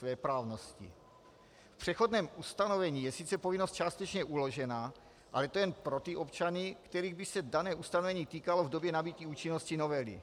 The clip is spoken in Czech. V přechodném ustanovení je sice povinnost částečně uložena, ale to jen pro ty občany, kterých by se dané ustanovení týkalo v době nabytí účinnosti novely.